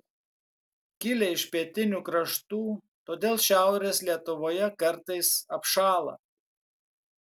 kilę iš pietinių kraštų todėl šiaurės lietuvoje kartais apšąla